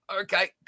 Okay